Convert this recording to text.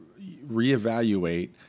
reevaluate